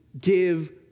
give